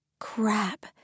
Crap